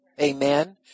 Amen